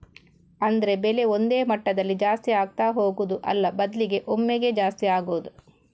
ಅಂದ್ರೆ ಬೆಲೆ ಒಂದೇ ಮಟ್ಟದಲ್ಲಿ ಜಾಸ್ತಿ ಆಗ್ತಾ ಹೋಗುದು ಅಲ್ಲ ಬದ್ಲಿಗೆ ಒಮ್ಮೆಗೇ ಜಾಸ್ತಿ ಆಗುದು